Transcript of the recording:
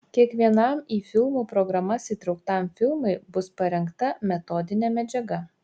kiekvienam į filmų programas įtrauktam filmui bus parengta metodinė medžiaga